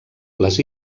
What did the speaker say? les